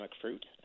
fruit